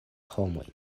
homoj